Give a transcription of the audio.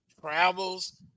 travels